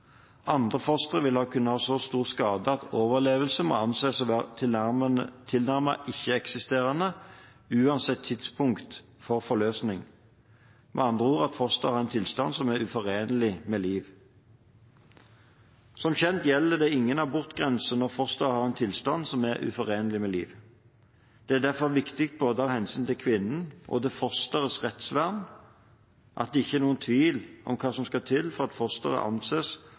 Andre fostre vil kunne ha så stor skade at overlevelse må anses å være tilnærmet ikke-eksisterende, uansett tidspunkt for forløsning – med andre ord at fosteret har en tilstand som er uforenelig med liv. Som kjent gjelder det ingen abortgrense når fosteret har en tilstand som er uforenelig med liv. Det er derfor viktig både av hensyn til kvinnen og til fosterets rettsvern at det ikke er noen tvil om hva som skal til for at et foster anses